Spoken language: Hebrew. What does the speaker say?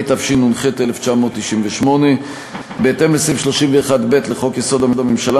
התשנ"ח 1998. בהתאם לסעיף 31(ב) לחוק-יסוד: הממשלה,